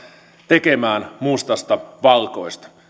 tekemään mustasta valkoista